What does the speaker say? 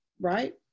right